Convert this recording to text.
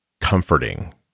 comforting